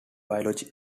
biology